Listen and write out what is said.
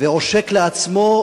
ועושק לעצמו,